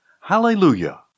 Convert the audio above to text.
Hallelujah